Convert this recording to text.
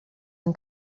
han